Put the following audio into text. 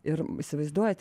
ir įsivaizduojat